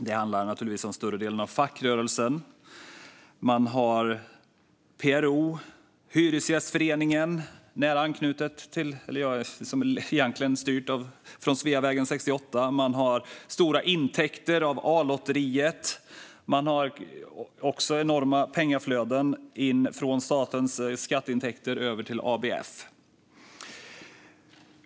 Det handlar naturligtvis om större delen av fackföreningsrörelsen, PRO och Hyresgästföreningen som egentligen är styrt från Sveavägen 68. Man har stora intäkter av A-lotteriet. Man har också enorma pengaflöden in från statens skatteintäkter över till ABF.